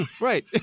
Right